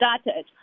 started